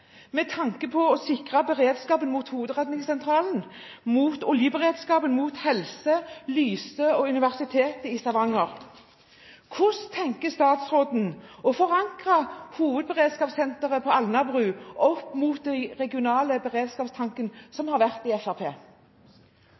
med tanke på å sikre beredskapen inn mot hovedredningssentralen, inn mot oljeberedskapen, inn mot helse, inn mot Lyse og inn mot Universitetet i Stavanger. Hvordan tenker statsråden